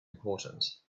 important